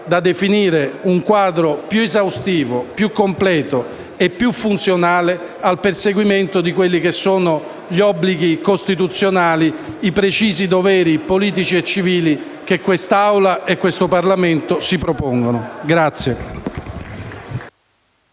da definire un quadro più esaustivo, più completo e più funzionale al perseguimento degli obblighi costituzionali e dei precisi doveri politici e civili che quest'Aula e questo Parlamento si propongono.